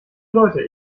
leute